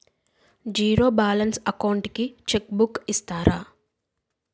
Zero balance account కి cheque book ఇస్తారా?